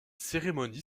cérémonie